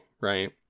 right